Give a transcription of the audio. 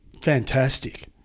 fantastic